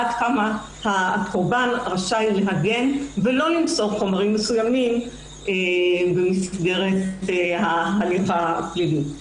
עד כמה הקורבן רשאי להגן ולא למסור חומרים מסוימים במסגרת ההליך הפלילי.